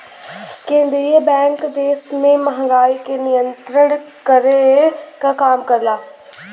केंद्रीय बैंक देश में महंगाई के नियंत्रित करे क काम करला